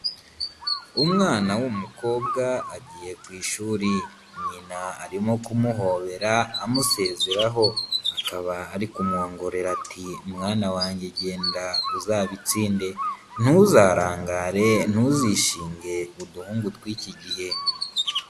Umwana w'umukobwa agiye ku ishuri, nyina arimo kumuhobera amusezeraho. Akaba arikumwongorera ati "mwana wanjye genda uzabitsinde ntuzarangare, ntuzishinge uduhungu tw'iki gihe".